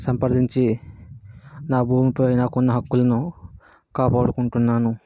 సంప్రదించి నా భూమిపై నాకున్న హక్కులను కాపాడుకుంటున్నాను